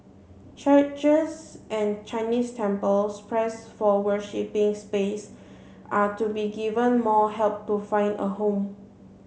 churches and Chinese temples pressed for worshipping space are to be given more help to find a home